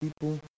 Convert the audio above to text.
people